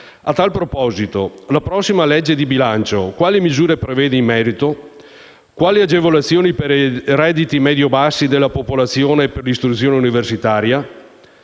A tal proposito, la prossima legge di bilancio quali misure prevede in merito? Quali agevolazioni per i redditi medio bassi della popolazione per l'istruzione universitaria?